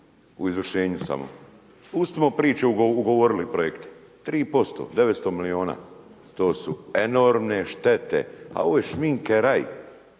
u izvršenju samo. Pustimo priče ugovorili projekte, 3%, 900 milijuna. To su enormne štete a ovo je šminkeraj.